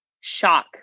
shock